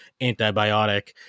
antibiotic